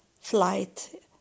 flight